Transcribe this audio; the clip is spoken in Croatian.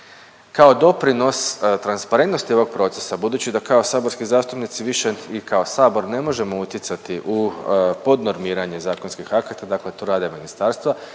Kao doprinos transparentnosti ovog procesa budući da kao saborski zastupnici više i kao sabor ne možemo utjecati u podnormiranje zakonskih akata, dakle to rade ministarstva,